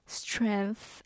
strength